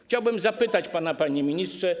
Chciałbym zapytać pana, panie ministrze.